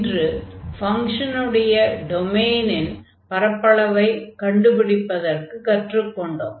இன்று ஃபங்ஷனுடைய டொமைனின் பரப்பளவைக் கண்டுபிடிப்பதற்குக் கற்றுக் கொண்டோம்